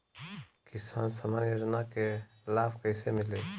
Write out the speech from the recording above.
किसान सम्मान योजना के लाभ कैसे मिली?